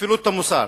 וכפילות המוסר.